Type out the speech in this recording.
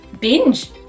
binge